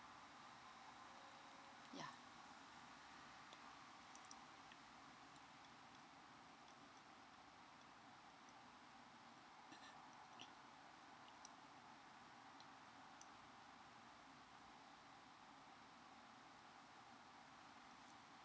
yeah